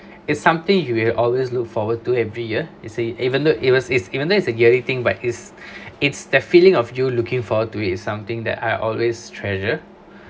is something you will always look forward to every year it's a even though it was it's even though it's a yearly thing but it's it's the feeling of you looking forward to it something that I always treasure